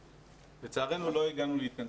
אבל לצערנו לא הגענו להתכנסות.